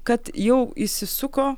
kad jau įsisuko